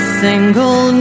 single